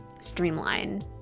streamline